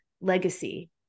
legacy